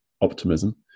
optimism